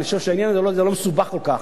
אני חושב שהעניין הזה לא מסובך כל כך.